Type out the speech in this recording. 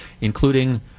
including